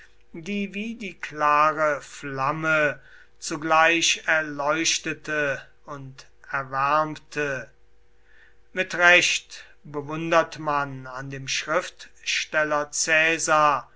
die wie die klare flamme zugleich erleuchtete und erwärmte mit recht bewundert man an dem schriftsteller caesar